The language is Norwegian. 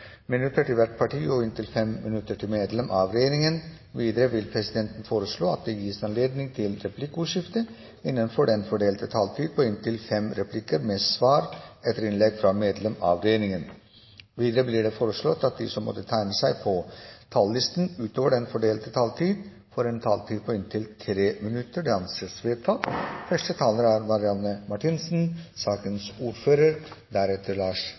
minutter til hvert parti og inntil 5 minutter til medlem av regjeringen. Videre vil presidenten foreslå at det gis anledning til replikkordskifte på inntil fem replikker med svar etter innlegg fra medlem av regjeringen innenfor den fordelte taletid. Videre blir det foreslått at de som måtte tegne seg på talerlisten utover den fordelte taletid, får en taletid på inntil 3 minutter. – Det anses vedtatt. Pasientenes autonomi og menneskerettighetene er